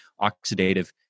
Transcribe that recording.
oxidative